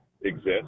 exist